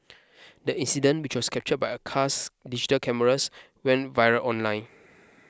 the incident which was captured by a car's dashed cameras went viral online